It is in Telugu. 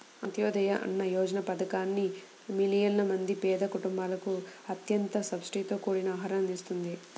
అంత్యోదయ అన్న యోజన పథకాన్ని మిలియన్ల మంది పేద కుటుంబాలకు అత్యంత సబ్సిడీతో కూడిన ఆహారాన్ని అందిస్తుంది